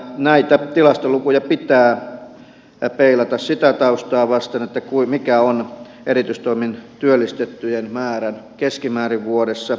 näitä tilastolukuja pitää peilata sitä taustaa vasten mikä on erityistoimin työllistettyjen määrä keskimäärin vuodessa